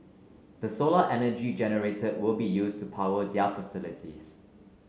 the solar energy generated will be used to power their facilities